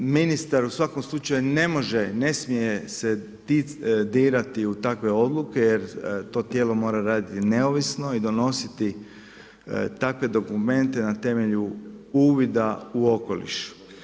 Ministar u svakom slučaju, ne može, ne smije se dirati u takve odluke jer to tijelo mora raditi neovisno i donositi takve dokumente na temelju uvida u okoliš.